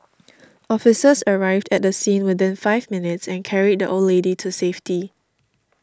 officers arrived at the scene within five minutes and carried the old lady to safety